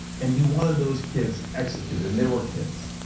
and he wanted those kids executed and they were kids.